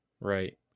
Right